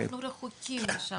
אנחנו רחוקים משם.